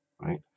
right